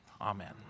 Amen